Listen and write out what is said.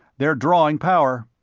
they're drawing power.